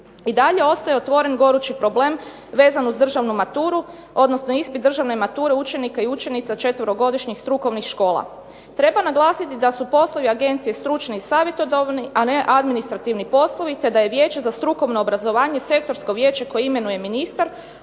I dalje ostaje otvoren gorući problem vezan uz državnu maturu, odnosno ispit državne mature učenika i učenica četverogodišnjih strukovnih škola. Treba naglasiti da su poslovi agencije stručne i savjetodavni, a ne administrativni poslovi, te da je Vijeće za strukovno obrazovanje sektorsko vijeće koje imenuje ministar,